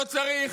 לא צריך,